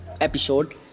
episode